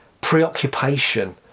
preoccupation